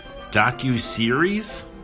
docu-series